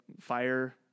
fire